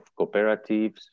cooperatives